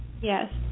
Yes